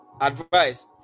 advice